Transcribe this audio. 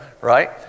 right